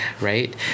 right